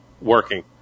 working